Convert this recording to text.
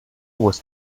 was